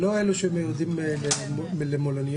לא אלה שמיועדים למלוניות.